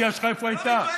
הסיעה שלך, איפה הייתה?